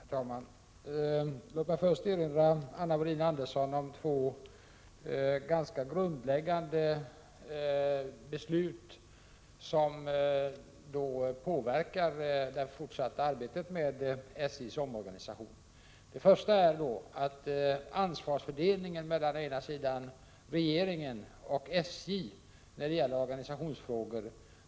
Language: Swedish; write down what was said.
Herr talman! Låt mig först erinra Anna Wohlin-Andersson om två ganskd grundläggande beslut, vilka påverkar det fortsatta arbetet med SJ:s omorga nisation. Det första är det beslut som rör ansvarsfördelningen mellar regeringen och SJ när det gäller organisationsfrågor.